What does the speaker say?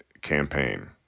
campaign